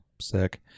Sick